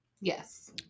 Yes